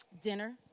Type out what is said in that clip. Dinner